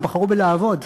הם בחרו לעבוד.